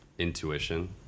Intuition